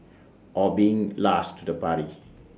or being last to the party